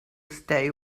stay